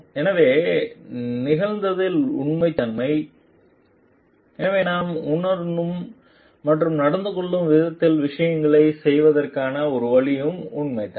எனவே நிகழ்ந்ததில் உண்மைத்தன்மை எனவே நாம் உணரும் மற்றும் நடந்துகொள்ளும் விதத்தில் விஷயங்களைச் செய்வதற்கான ஒரு வழியில் உண்மைத்தன்மை